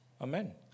Amen